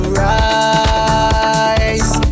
rise